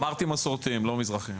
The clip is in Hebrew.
אמרתי מסורתיים, לא מזרחיים.